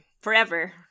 Forever